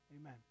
Amen